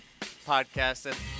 podcasting